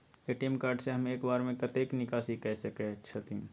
ATM card से हम एक बेर में कतेक निकासी कय सके छथिन?